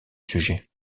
sujet